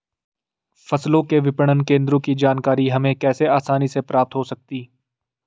फसलों के विपणन केंद्रों की जानकारी हमें कैसे आसानी से प्राप्त हो सकती?